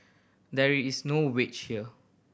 there is no wedge here